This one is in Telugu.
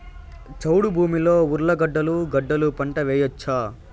చౌడు భూమిలో ఉర్లగడ్డలు గడ్డలు పంట వేయచ్చా?